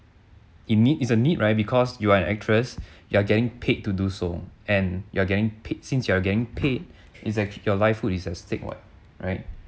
it need is a need right because you're an actress you are getting paid to do so and you're getting paid since you're getting paid is actually your life hood is at stake what right